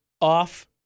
off